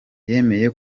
yemeye